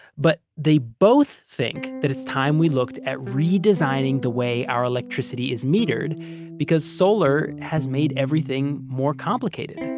but they both think that it's time we looked at redesigning the way our electricity is metered because solar has made everything more complicated.